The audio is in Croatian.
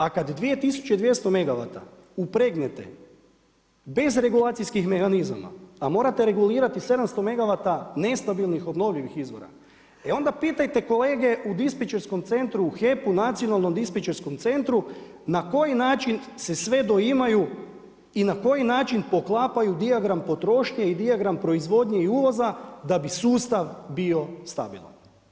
A kad 2200 megavata upregnete bez regulacijskih mehanizama a morate regulirati 700 megavata nestabilnih obnovljivih izvora, e onda pitajte kolege u dispečerskom centru u HEP-u, nacionalnom dispečerskom centru na koji način se sve doimaju i na koji način poklapaju dijagram potrošnje i dijagram proizvodnje i uvoza da bi sustav bio stabilan.